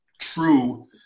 true